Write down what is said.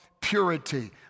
purity